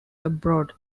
abroad